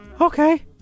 Okay